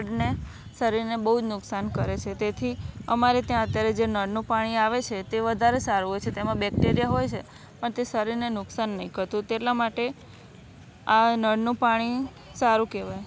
આપણને શરીરને બહુ નુકશાન કરે છે તેથી અમારે ત્યાં અત્યારે જે નળનું પાણી આવે છે તે વધારે સારું હોય છે તેમાં બેક્ટેરિયા હોય છે પણ તે શરીરને નુકશાન નહીં કરતું તેટલા માટે આ નળનું પાણી સારું કહેવાય